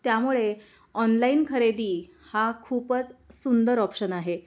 त्यामुळे ऑनलाईन खरेदी हा खूपच सुंदर ऑप्शन आहे